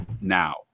now